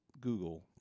Google